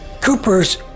Cooper's